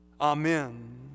amen